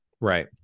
Right